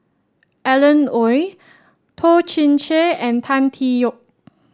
Alan Oei Toh Chin Chye and Tan Tee Yoke